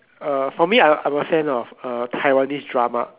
uh for me I I'm a fan of a Taiwanese drama